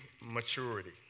maturity